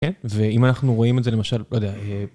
כן, ואם אנחנו רואים את זה למשל, לא יודע.